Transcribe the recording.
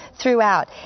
throughout